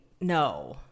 no